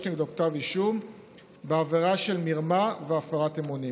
נגדו כתב אישום בעבירה של מרמה והפרת אמונים.